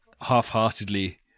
half-heartedly